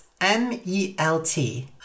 M-E-L-T